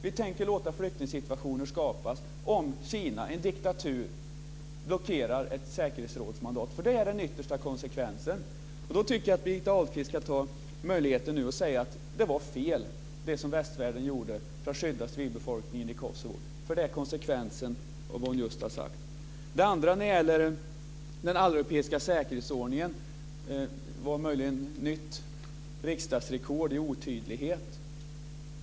Vi tänker låta flyktingsituationer skapas om Kina, en diktatur, blockerar ett säkerhetsrådsmandat. Det är den yttersta konsekvensen. Jag tycker att Birgitta Ahlqvist nu ska ta möjligheten och säga att det var fel som västvärlden gjorde för att skydda civilbefolkningen i Kosovo. Det är nämligen konsekvensen av det hon just har sagt. Det andra, om den alleuropeiska säkerhetsordningen, var möjligen nytt riksdagsrekord i otydlighet.